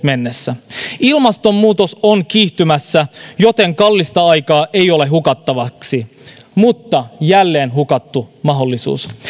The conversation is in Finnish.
mennessä ilmastonmuutos on kiihtymässä joten kallista aikaa ei ole hukattavaksi jälleen hukattu mahdollisuus